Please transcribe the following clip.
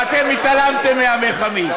ואתם התעלמתם מ"עמך עמי".